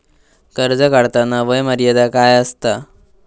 कर्ज काढताना वय मर्यादा काय आसा?